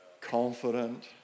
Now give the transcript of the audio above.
confident